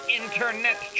internet